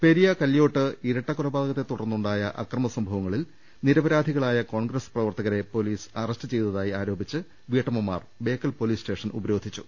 പെരിയ കല്ല്യോട്ട് ഇരട്ടക്കൊലപാതകത്തെ തുടർന്നുണ്ടായ അക്രമ സംഭവങ്ങളിൽ നിരപരാധികളായ കോൺഗ്രസ് പ്രവർത്തകരെ പൊലീസ് അറസ്റ്റ് ചെയ്ത്തായി ആരോപിച്ച് വീട്ടമ്മമാർ ബേക്കൽ പൊലീസ് സ്റ്റേഷൻ ഉപരോധിച്ചു